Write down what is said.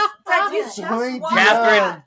Catherine